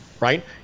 Right